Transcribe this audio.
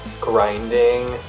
grinding